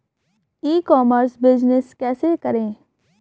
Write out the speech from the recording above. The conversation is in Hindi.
ई कॉमर्स बिजनेस कैसे करें?